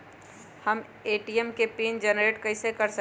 हम ए.टी.एम के pin generate कईसे कर सकली ह?